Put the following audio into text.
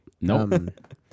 Nope